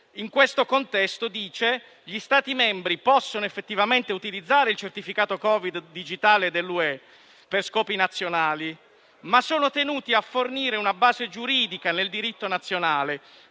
In questo contesto, gli Stati membri possono effettivamente utilizzare il certificato Covid digitale dell'UE per scopi nazionali, ma sono tenuti a fornire una base giuridica nel diritto nazionale.